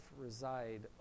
reside